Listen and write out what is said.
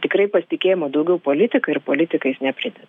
tikrai pasitikėjimo daugiau politika ir politikais neprideda